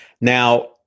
Now